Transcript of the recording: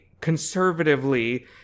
conservatively